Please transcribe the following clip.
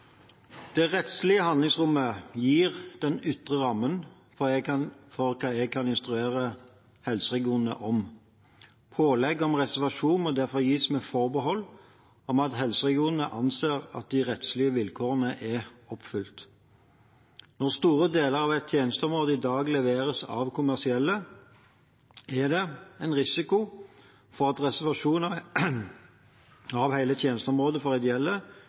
Det rettslige handlingsrommet gir den ytre rammen for hva jeg kan instruere helseregionene om. Pålegg om reservasjon må derfor gis med forbehold om at helseregionene anser at de rettslige vilkårene er oppfylt. Når store deler av et tjenesteområde i dag leveres av kommersielle, er det en risiko for at reservasjoner av hele tjenesteområdet for ideelle